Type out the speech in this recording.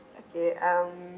um